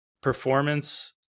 performance